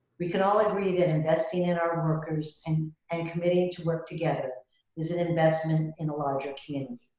we can all agree that investing in our workers and and committing to work together is an investment in a larger community.